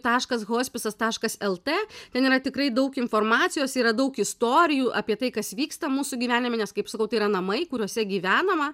taškas hospisas taškas lt ten yra tikrai daug informacijos yra daug istorijų apie tai kas vyksta mūsų gyvenime nes kaip sakau tai yra namai kuriuose gyvenama